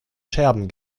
scherben